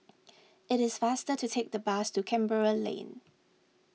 it is faster to take the bus to Canberra Lane